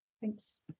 Thanks